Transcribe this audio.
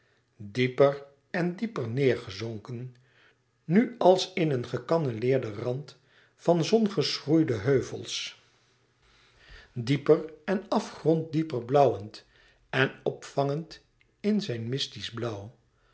dieper en dieper neêrgezonken nu als in een gecanne leerden rand van zongeschroeide heuvels dieper en afgrond dieper blauwend en opvangend in zijn mystisch blauw